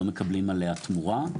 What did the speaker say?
לא מקבלים עליה תמורה.